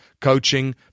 coaching